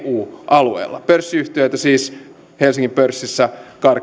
alueella pörssiyhtiöitä siis helsingin pörssissä on karkeasti satakaksikymmentäkuusi